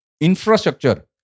infrastructure